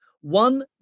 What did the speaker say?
One